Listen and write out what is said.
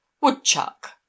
Woodchuck